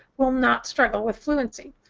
will not struggle with fluency.